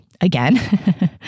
again